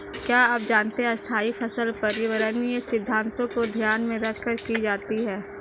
क्या आप जानते है स्थायी फसल पर्यावरणीय सिद्धान्तों को ध्यान में रखकर की जाती है?